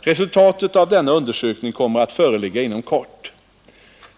Resultatet av denna undersökning kommer att föreligga inom kort.